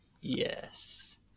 Yes